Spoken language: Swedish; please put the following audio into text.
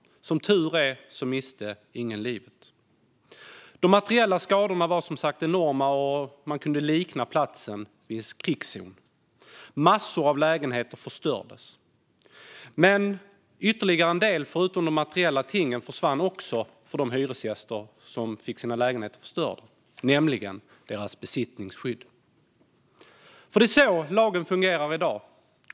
Som tur var miste ingen livet. De materiella skadorna var som sagt enorma, och man kunde likna platsen vid en krigszon. Massor av lägenheter förstördes. Men förutom de materiella tingen försvann ytterligare något för de hyresgäster som fick sina lägenheter förstörda, nämligen deras besittningsskydd. Så fungerar nämligen lagen i dag.